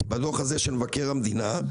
כי בדוח הזה של מבקר המדינה,